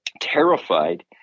terrified